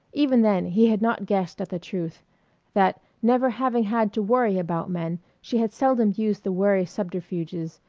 even then he had not guessed at the truth that never having had to worry about men she had seldom used the wary subterfuges,